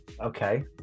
Okay